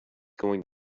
going